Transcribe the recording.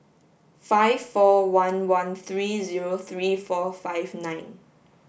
five four one one three zero three four five nine